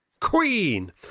Queen